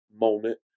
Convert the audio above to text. moment